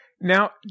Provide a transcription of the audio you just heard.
now